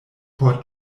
por